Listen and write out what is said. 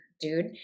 dude